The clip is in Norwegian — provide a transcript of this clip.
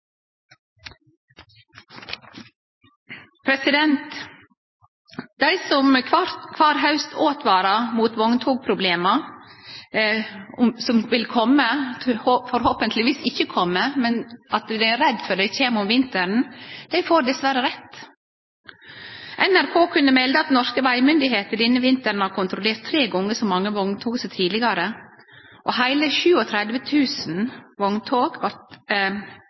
kvar haust åtvarar mot vogntogproblema som dei er redde for vil komme – men håper ikkje kjem – om vinteren, dei får dessverre rett. NRK kunne melde at norske vegmyndigheiter denne vinteren har kontrollert tre gonger så mange vogntog som tidlegare, heile 37 000 vogntog, og